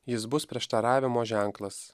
jis bus prieštaravimo ženklas